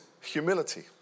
humility